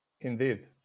Indeed